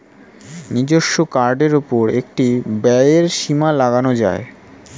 নিজস্ব কার্ডের উপর একটি ব্যয়ের সীমা লাগানো যায়